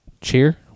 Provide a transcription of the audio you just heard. cheer